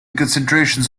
concentrations